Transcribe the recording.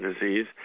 disease